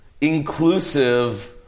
inclusive